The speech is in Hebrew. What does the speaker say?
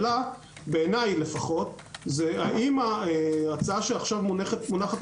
השאלה בעיני היא האם ההצעה שעכשיו מונחת